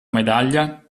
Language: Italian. medaglia